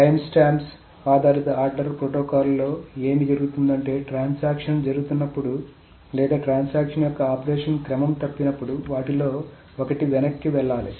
timestamps ఆధారిత order ప్రోటోకాల్లో ఏమి జరుగుతుందంటే ట్రాన్సాక్షన్ జరిగినప్పుడు లేదా ట్రాన్సాక్షన్ యొక్క ఆపరేషన్ క్రమం తప్పినప్పుడు వాటిలో ఒకటి వెనక్కి వెళ్లాలి